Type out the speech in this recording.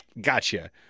Gotcha